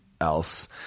else